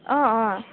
অঁ অঁ